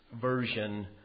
version